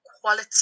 quality